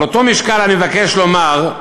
על אותו משקל אני מבקש לומר,